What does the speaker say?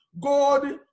God